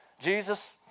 Jesus